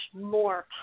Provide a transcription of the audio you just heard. more